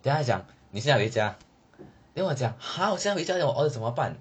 then 他就讲你现在回家 then 我就讲 !huh! 我现在回家 then 我的 order 怎么办